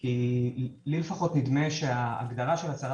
כי לי לפחות נדמה שההגדרה של הצהרה